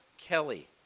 Kelly